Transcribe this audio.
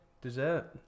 Dessert